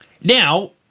Now